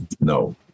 no